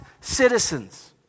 citizens